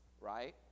right